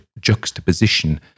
juxtaposition